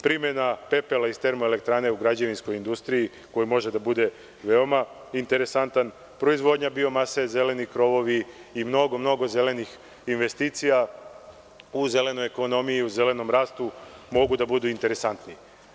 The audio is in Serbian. Primena pepela iz termoeletrane u građevinskoj industriji koji može da bude veoma interesantan, proizvodnja biomase, zeleni krovovi i mnogo zelenih investicija u zelenoj ekonomiji mogu da budu interesantni.